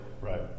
Right